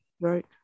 Right